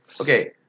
Okay